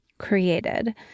created